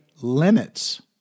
limits